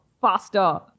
faster